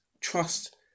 trust